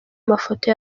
mafoto